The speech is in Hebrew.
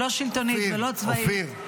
לא שלטונית ולא צבאית,